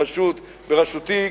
בראשותי,